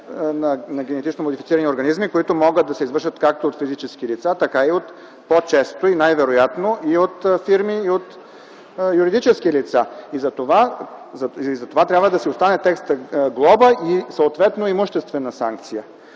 на генно модифицирани организми, което може да се извършва както от физически лица, а по-често и най-вероятно от фирми – юридически лица. Затова трябва да си остане текстът: „глоба и имуществена санкция”.